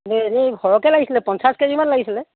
নহয় এনেই সৰহকৈ লাগিছিলে পঞ্চাছ কেজিমান লাগিছিলে